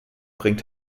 bringt